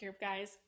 guys